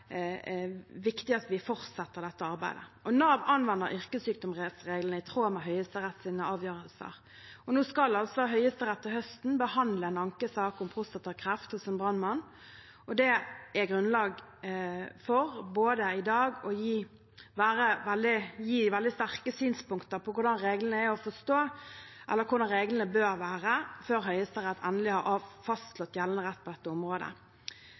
er det viktig at vi fortsetter dette arbeidet. Nav anvender yrkessykdomsreglene i tråd med Høyesteretts avgjørelser. Nå skal Høyesterett til høsten behandle en ankesak om prostatakreft hos en brannmann, og det gir grunnlag for i dag å gi veldig sterke synspunkter på hvordan reglene er å forstå, eller hvordan reglene bør være, før Høyesterett endelig har fastslått gjeldende rett på dette området.